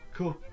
Cool